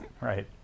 Right